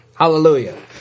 Hallelujah